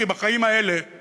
כי החיים האלה הם